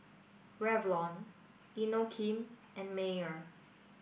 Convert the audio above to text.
Revlon Inokim and Mayer